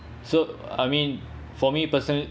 so I mean for me personally